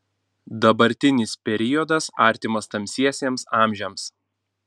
dabartinis periodas artimas tamsiesiems amžiams